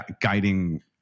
guiding